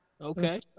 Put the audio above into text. Okay